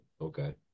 okay